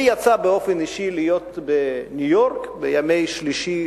לי יצא באופן אישי להיות בניו-יורק בימים שלישי,